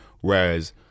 whereas